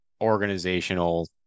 organizational